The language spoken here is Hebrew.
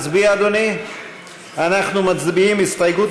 ג'מאל זחאלקה,